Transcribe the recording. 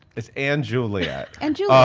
it's and juliet. and juliet.